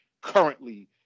currently